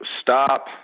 stop